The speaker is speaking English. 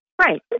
Right